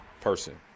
person